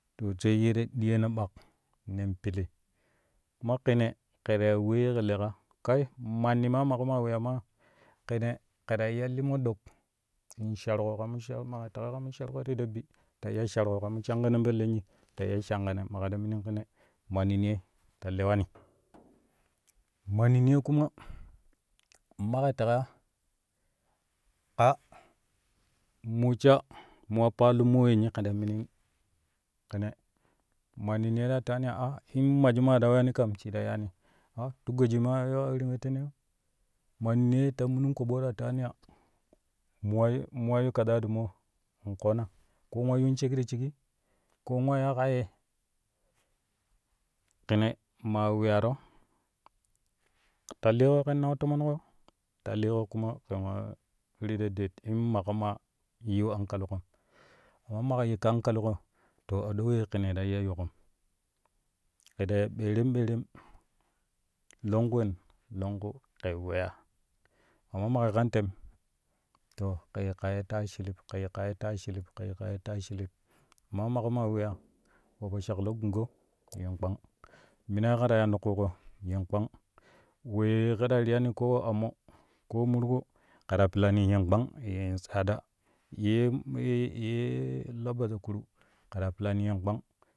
To sai ye ta diyoni ɓak nen pili kuma ƙine, ƙir wee ƙɛ leƙa kai manni maa maƙo ma weya maa ƙir kɛ ta iya li mundok sharko ka ma shar kamo sharƙo ta bi ti iya sharƙo ka mo shaan neƙen po lenni ta iya shaaneƙen maƙa ta minin ƙenei manni niyoi ta lewani manni niyoi kuma maƙe teƙa ka mo sha mo wa paalu moo yenni kɛ ta minin ƙine manni niyo ta tewani a in maji ma ta weyani kam shi ta yaani a ti goji ma a yoo irin we teema manni niyoi ta mun ƙoɓo ya mo wa yu mo wa yu kazaa ti mo in koona koo mo wa yuun shek ti shigi koo wa ya ka yee kine maa weyaro ta liƙo kɛn nau tomonƙo ta liƙo kuma ƙɛn wa ri ta deet in maƙo maa yiu hankaliƙom amma maƙa yikka hankaliƙo to a ɗo we kine ta iya yuƙom kɛ ta ya ɓeerem ɓeerem longku wen longku wen longku kɛ weya maƙo maa kan tem to kɛ yikka yei taa shilib kɛ yikka yei taa shilib kɛ yikka yei taa shilib amma maƙo maa weya wo po shaklo gungo yen kpang mina ye kɛ ya yaani ti ƙuƙo yen kpang wee kɛ ta riyani ko we ammo ko murgo ke ta pilani yen kpang yen shaaɗɗa ye ye yee la bajakuru ke ta pilani yen kpang.